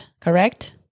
correct